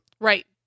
right